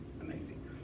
amazing